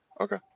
okay